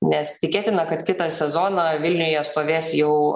nes tikėtina kad kitą sezoną vilniuje stovės jau